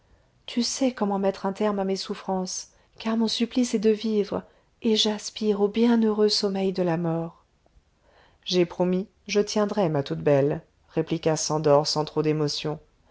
tu sais comment mettre un terme à mes souffrances car mon supplice est de vivre et j'aspire au bienheureux sommeil de la mort j'ai promis je tiendrai ma toute belle répliqua szandor sans trop d'émotion